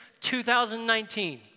2019